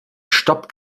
stopp